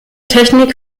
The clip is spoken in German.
technik